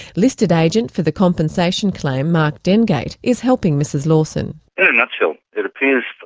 listed agent for the compensation claim mark dengate is helping mrs lawson. in a nutshell it appears,